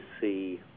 see